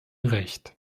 recht